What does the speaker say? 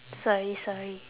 sorry sorry